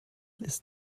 ist